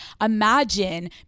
Imagine